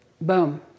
Boom